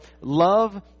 love